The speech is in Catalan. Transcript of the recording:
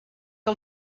que